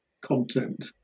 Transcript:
content